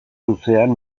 luzean